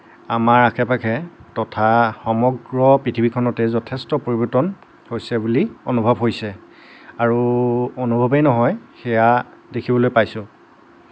আমাৰ আশে পাশে তথা সমগ্ৰ পৃথিৱীখনতে যথেষ্ট পৰিৱৰ্তন হৈছে বুলি অনুভৱ হৈছে আৰু অনুভৱেই নহয় সেয়া দেখিবলৈ পাইছোঁ